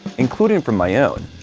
including from my own.